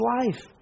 life